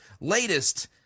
latest